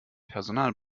personal